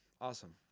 awesome